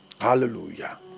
hallelujah